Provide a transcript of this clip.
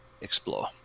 explore